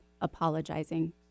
apologizing